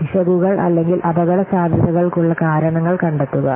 പിശകുകൾ അല്ലെങ്കിൽ അപകടസാധ്യതകൾക്കുള്ള കാരണങ്ങൾ കണ്ടെത്തുക